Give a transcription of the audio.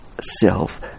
self